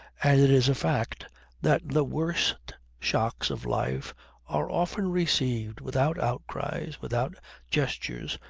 and it is a fact that the worst shocks of life are often received without outcries, without gestures,